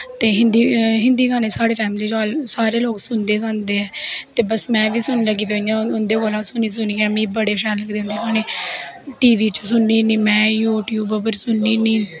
ते हिन्दी गानें साढ़ी फैमली च सारे लोग सुनदे गांदे ऐ बस में बी सुनन लगी पेई आं उंदे कोल सुनी सुनियैं मिहगी बड़े शैल लगदे उंदे गाने टी वी पर सुननी होनी यूटयूब पर सुननी होनी